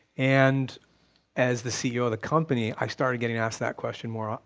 and as the ceo of the company, i started getting asked that question more um